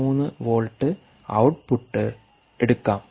3 volt output എടുക്കാം